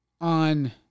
on